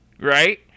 right